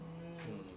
mm